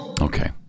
Okay